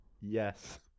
Yes